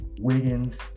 Wiggins